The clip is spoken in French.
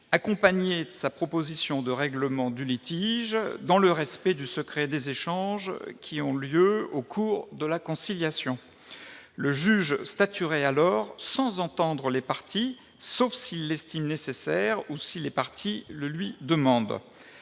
accompagné de sa proposition de règlement du litige, dans le respect du secret des échanges qui ont eu lieu au cours de la conciliation. Le juge statuerait alors sans entendre les parties, sauf s'il l'estime nécessaire ou si les parties le lui demandent.